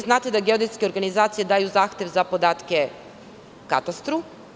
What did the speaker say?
Znate da geodetske organizacije daju zahtev za podatke katastru.